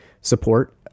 support